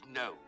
no